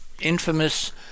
infamous